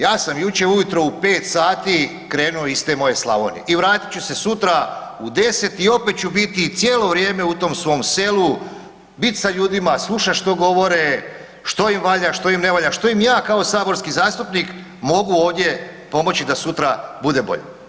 Ja sam jučer ujutro u pet sati krenuo iz te moje Slavonije i vratit ću se sutra u deset i opet ću biti cijelo vrijeme u tom svom selu, bit sa ljudima, slušat što govore, što im valja, što im ne valja, što im ja kao saborski zastupnik mogu ovdje pomoći da sutra bude bolje.